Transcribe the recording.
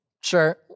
Sure